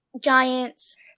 giants